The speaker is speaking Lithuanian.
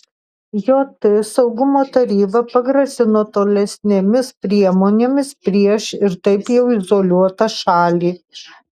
jt saugumo taryba pagrasino tolesnėmis priemonėmis prieš ir taip jau izoliuotą šalį